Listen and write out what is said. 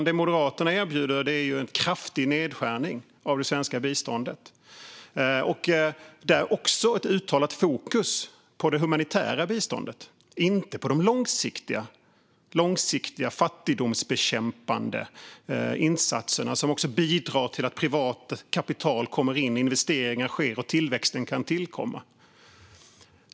Det Moderaterna erbjuder är en kraftig nedskärning av det svenska biståndet med ett uttalat fokus på det humanitära biståndet och inte på de långsiktiga fattigdomsbekämpande insatserna som också bidrar till att privat kapital kommer in, investeringar sker och tillväxten kan tillkomma.